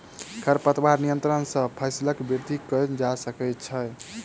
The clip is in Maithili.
खरपतवार नियंत्रण सॅ फसीलक वृद्धि कएल जा सकै छै